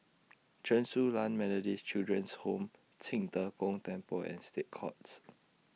Chen Su Lan Methodist Children's Home Qing De Gong Temple and State Courts